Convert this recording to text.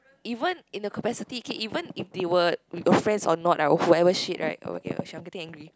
even in the capacity K even if you were with your friends or not ah or whoever shit right !oh shit! I'm getting angry